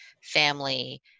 family